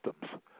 systems